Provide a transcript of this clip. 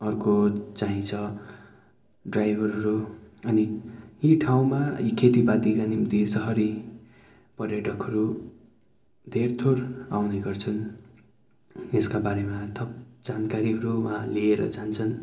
अर्को चाहिँ छ ड्राइभरहरू अनि यी ठाउँमा यी खेतीपातीका निम्ति सहरी पर्यटकहरू धेर थोर आउने गर्छन् यसका बारेमा थप जानकारीहरू वहाँ लिएर जान्छन्